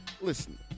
listen